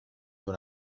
d’un